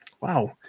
Wow